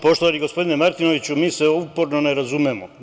Poštovani gospodine Martinoviću, mi se uporno ne razumemo.